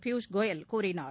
பியூஷ் கோயல் கூறினார்